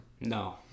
No